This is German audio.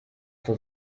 zur